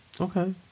Okay